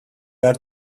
are